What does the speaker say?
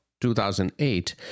2008